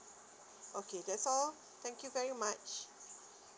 okay that's all thank you very much